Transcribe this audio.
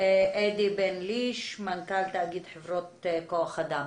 אדי בן ליש מנכ"ל תאגיד חברות כוח אדם.